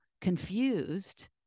confused